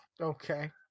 okay